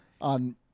on